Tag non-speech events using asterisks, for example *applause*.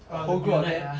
orh the beaunite ah *laughs* orh